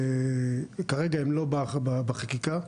כרגע הם לא בחקיקה.